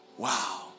Wow